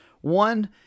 One